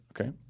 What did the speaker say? Okay